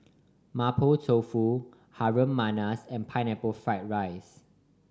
Mapo Tofu Harum Manis and Pineapple Fried rice